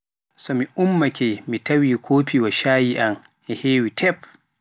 So mi ummake bimbi me taawi kofi shayi an e hewi tapp.